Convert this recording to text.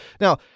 Now